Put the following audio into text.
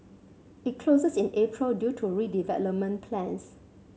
it closes in April due to redevelopment plans